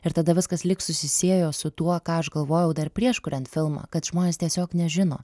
ir tada viskas lyg susisiejo su tuo ką aš galvojau dar prieš kuriant filmą kad žmonės tiesiog nežino